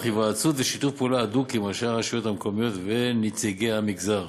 תוך היוועצות ושיתוף פעולה הדוק עם ראשי הרשויות המקומיות ונציגי המגזר.